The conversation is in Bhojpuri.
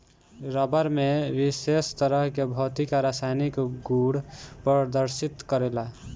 रबड़ में विशेष तरह के भौतिक आ रासायनिक गुड़ प्रदर्शित करेला